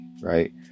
Right